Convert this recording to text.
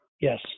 Yes